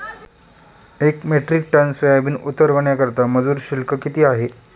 एक metric ton soybean उतरवण्याकरता मजूर शुल्क किती आहे?